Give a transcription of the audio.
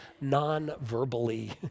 non-verbally